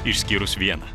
išskyrus vieną